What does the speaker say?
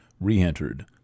re-entered